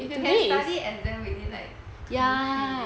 if you can study exam week then it's like